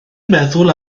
meddwl